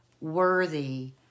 worthy